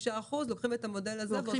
לוקחים את המודל הזה --- לוקחים